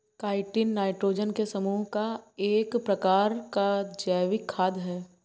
chitin nitrogen के समूह का एक प्रकार का जैविक खाद है